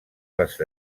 les